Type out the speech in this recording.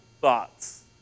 thoughts